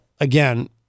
again